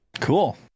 Cool